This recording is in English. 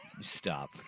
Stop